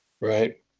Right